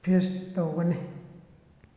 face ꯇꯧꯒꯅꯤ